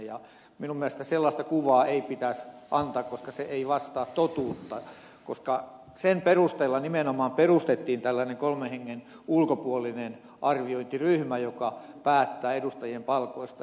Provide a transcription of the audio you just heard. minun mielestäni sellaista kuvaa ei pitäisi antaa koska se ei vastaa totuutta koska sen perusteella nimenomaan perustettiin tällainen kolmen hengen ulkopuolinen arviointiryhmä joka päättää edustajien palkoista